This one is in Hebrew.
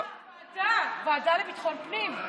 לוועדה לביטחון פנים.